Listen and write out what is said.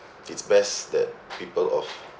it's best that people of